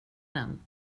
den